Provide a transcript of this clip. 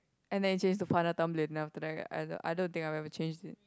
and then change to Farhana Tumblr then after that I don't I don't think I will ever change it